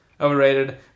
Overrated